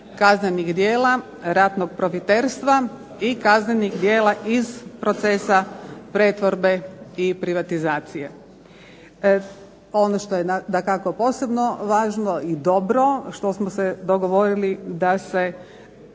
kaznenih djela ratnog profiterstva i kaznenih djela iz procesa pretvorbe i privatizacije. Ono što je dakako posebno važno i dobro što smo se dogovorili da se